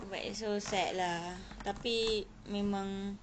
but it's so sad lah tapi memang